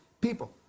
people